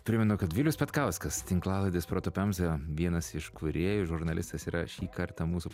primenu kad vilius petkauskas tinklalaidės proto pemza vienas iš kūrėjų žurnalistas yra šį kartą mūsų